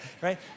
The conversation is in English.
Right